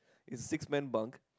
it's a six man bunk